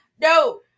No